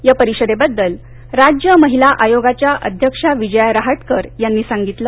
या परिषदेबद्दल राज्य महिला आयोगाच्या अध्यक्षा विजया रहाटकर यांनी सांगितलं